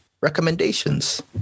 Recommendations